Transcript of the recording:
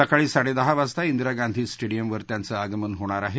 सकाळी साडेदहा वाजता दिरा गांधी स्टेडियमवर त्याचं आगमन होणार आहे